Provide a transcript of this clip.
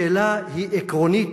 השאלה היא עקרונית,